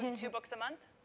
and two books a month?